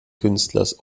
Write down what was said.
künstlers